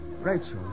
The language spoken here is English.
Rachel